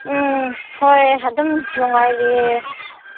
ꯎꯝ ꯍꯣꯏ ꯑꯗꯨꯝ ꯅꯨꯡꯉꯥꯏꯔꯤꯌꯦ